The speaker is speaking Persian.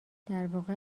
درواقع